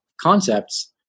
concepts